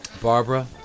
Barbara